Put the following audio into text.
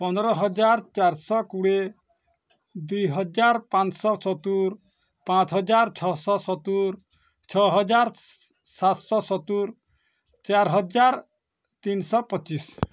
ପନ୍ଦର ହଜାର ଚାରିଶହ କୋଡ଼ିଏ ଦୁଇ ହଜାର ପାଞ୍ଚ ଶହ ସତୁରୀ ପାଞ୍ଚ ହଜାର ଛଅ ଶହ ସତୁରୀ ଛଅ ହଜାର ସାତଶହ ସତୁରୀ ଚାରି ହଜାର ତିନିଶହ ପଚିଶ